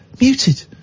muted